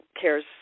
cares